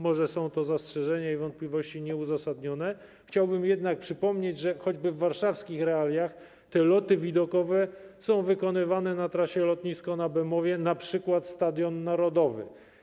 Może są to zastrzeżenia i wątpliwości nieuzasadnione, ale chciałbym jednak przypomnieć, że choćby w warszawskich realiach te loty widokowe są wykonywane na trasie np. lotnisko na Bemowie - Stadion Narodowy.